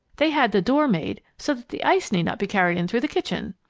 they had the door made so that the ice need not be carried in through the kitchen.